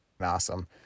awesome